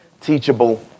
teachable